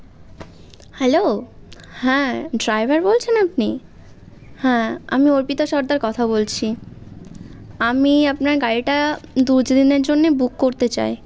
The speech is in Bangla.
হ্যালো হ্যাঁ ড্রাইভার বলছেন আপনি হ্যাঁ আমি অর্পিতা সর্দার কথা বলছি আমি আপনার গাড়িটা দু তিন দিনের জন্যে বুক করতে চাই